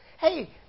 hey